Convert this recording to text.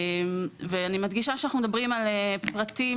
אני מדגישה שאנחנו מדברים על פרטים